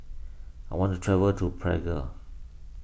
I want to travel to Prague